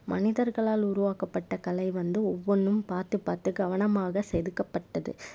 மனிதர்களால் உருவாக்கப்பட்ட கலை வந்து ஒவ்வொன்றும் பார்த்து பார்த்து கவனமாக செதுக்கப்பட்டது